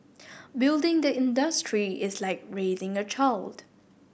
building the industry is like raising a child